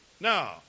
Now